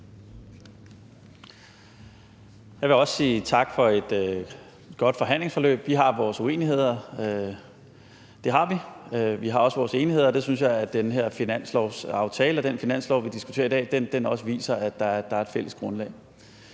Jeg vil også sige tak for et godt forhandlingsforløb. Vi har vores uenigheder – det har vi. Vi har også vores enigheder, og det synes jeg at den her finanslovsaftale og den finanslov, vi diskuterer i dag, også viser, altså at der er et fælles grundlag.